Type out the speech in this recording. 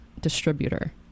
distributor